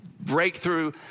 breakthrough